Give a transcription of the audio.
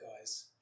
guy's